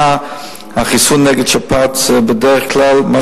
כידוע לך, כל שנה החיסון נגד שפעת, בדרך כלל, מה